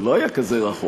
זה לא היה כזה רחוק.